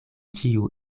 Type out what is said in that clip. ĉiu